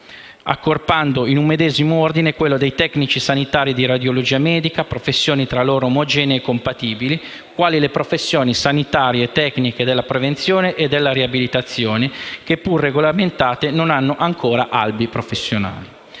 accorpando in un medesimo Ordine, quello dei tecnici sanitari di radiologia medica, professioni tra loro omogenee e compatibili, quali le professioni sanitarie tecniche della prevenzione e della riabilitazione che pur regolamentate non hanno ancora albi professionali.